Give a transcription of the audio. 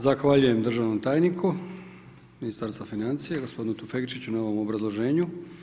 Zahvaljujem državnom tajniku Ministarstva financija gospodinu Tufekčiću na ovom obrazloženju.